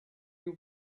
you